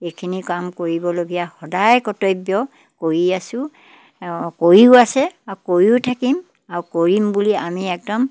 এইখিনি কাম কৰিবলগীয়া সদায় কৰ্তব্য কৰি আছোঁ কৰিও আছে আৰু কৰিও থাকিম আৰু কৰিম বুলি আমি একদম